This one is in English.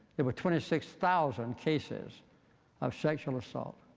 there were twenty six thousand cases of sexual assault